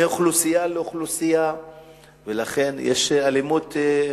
מאוכלוסייה לאוכלוסייה ולכן יש אלימות.